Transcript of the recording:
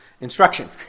instruction